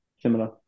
similar